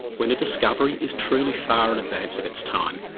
when a discovery is truly far in advance of its time,